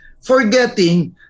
forgetting